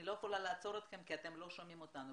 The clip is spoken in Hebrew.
אני לא יכולה לעצור אתכם כי אתם לא שומעים אותנו,